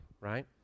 right